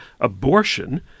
abortion